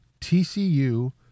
TCU